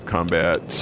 Combat